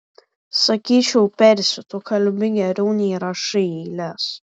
sakyčiau persi tu kalbi geriau nei rašai eiles